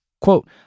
Quote